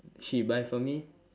she buy for me